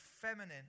feminine